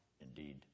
Indeed